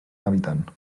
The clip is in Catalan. habitant